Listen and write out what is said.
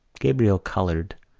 gabriel coloured,